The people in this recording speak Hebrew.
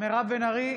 מירב בן ארי,